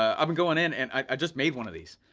um i've been going in and i just made one of these.